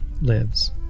lives